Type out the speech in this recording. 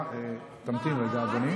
תמתין רגע, אדוני.